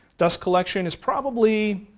dust collection is probably,